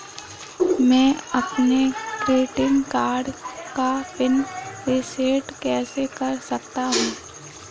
मैं अपने credit card का पिन रिसेट कैसे कर सकता हूँ?